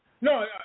No